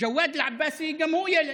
ג'וואד עבאסי גם הוא ילד,